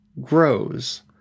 grows